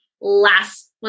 last